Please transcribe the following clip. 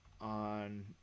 on